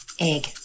egg